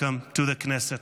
welcome to the Knesset.